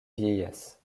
vieillesse